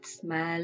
smell